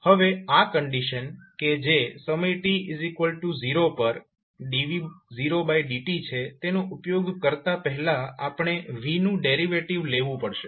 હવે આ કંડીશન કે જે સમય t0 પર dv0dt છે તેનો ઉપયોગ કરતા પહેલા આપણે v નું ડેરિવેટિવ લેવું પડશે